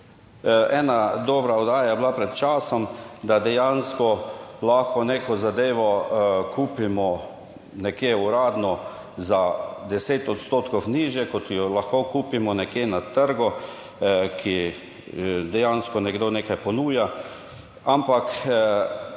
Ena dobra oddaja je bila pred časom, da dejansko lahko neko zadevo kupimo nekje uradno za 10 odstotkov nižje, kot jo lahko kupimo nekje na trgu, ki dejansko nekdo nekaj ponuja. Ampak